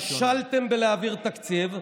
כשלתם בלהעביר תקציב,